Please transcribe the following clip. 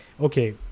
okay